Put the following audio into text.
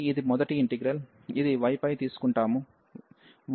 కాబట్టి ఇది మొదటి ఇంటిగ్రల్ ఇది yపైన తీసుకుంటాము